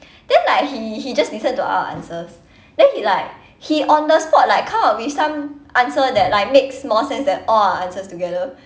then like he he just listened to our answers then he like he on the spot like come up with some answer that like makes more sense than all our answers together